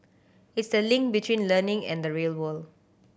it's the link between learning and the real world